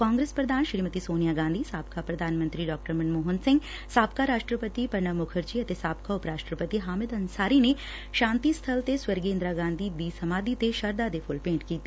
ਕਾਂਗਰਸ ਪ੍ਰਧਾਨ ਸ੍ਰੀਮਤੀ ਸੋਨੀਆ ਗਾਂਧੀ ਸਾਬਕਾ ਪ੍ਰਧਾਨ ਮੰਤਰੀ ਡਾ ਮਨਮੋਹਨ ਸਿੰਘ ਸਾਬਕਾ ਰਾਸ਼ਟਰਪਤੀ ਪ੍ਰਣਬ ਮੁਖਰਜੀ ਅਤੇ ਸਾਬਕਾ ਉਪ ਰਾਸ਼ਟਰਪਤੀ ਹਾਮਿਦ ਅੰਸਾਰੀ ਨੇ ਸ਼ਾਂਤੀ ਸੱਬਲ ਤੇ ਸਵਰਗੀ ਇੰਦਰਾ ਗਾਂਧੀ ਦੀ ਸਮਾਧੀ ਤੇ ਸ਼ਰਧਾ ਦੇ ਫੁੱਲ ਭੇਂਟ ਕੀਤੇ